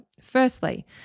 firstly